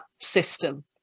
system